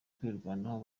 kwirwanaho